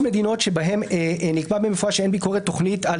יש מדינות שבהן נקבע במפורש שאין ביקורת תוכנית על